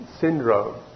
syndrome